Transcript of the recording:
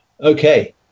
Okay